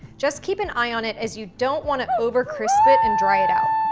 just keep an eye on it as you don't wanna over-crisp it and dry it out.